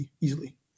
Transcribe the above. easily